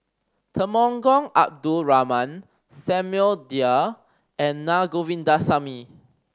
Temenggong Abdul Rahman Samuel Dyer and Na Govindasamy